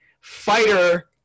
fighter